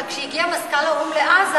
אבל כשהגיע מזכ"ל האו"ם לעזה,